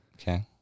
Okay